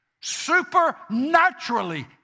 supernaturally